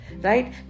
right